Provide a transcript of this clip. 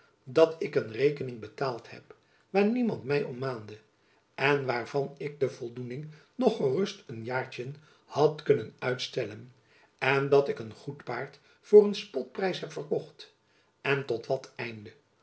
dat ik een rekening betaald heb waar niemand my om maande en waarvan ik de voldoening nog gerust een jaartjen had kunnen uitstellen en dat ik een goed paard voor een spotprijs heb verkocht en tot wat einde